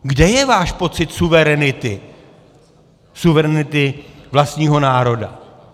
Kde je váš pocit suverenity, suverenity vlastního národa?